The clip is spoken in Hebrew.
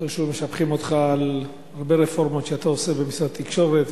משבחים אותך על הרבה רפורמות שאתה עושה במשרד התקשורת,